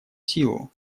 силу